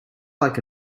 like